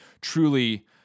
truly